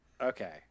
Okay